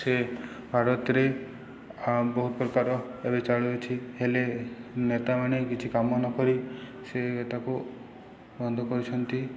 ସେ ଭାରତରେ ବହୁତ ପ୍ରକାର ଏବେ ଚାଲୁଅଛି ହେଲେ ନେତାମାନେ କିଛି କାମ ନକରି ସେ ତାକୁ ବନ୍ଦ କରୁଛନ୍ତି